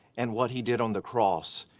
and what he did on the cross,